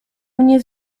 mnie